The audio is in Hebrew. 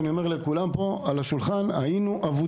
אני אומר את זה פה לכולם ושם את הדברים על השולחן אנחנו היינו אבודים.